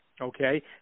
okay